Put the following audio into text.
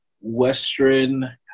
Western